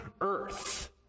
earth